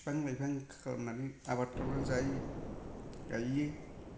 बिफां लाइफां खालामनानै आबाद खालामनानै जायो गायो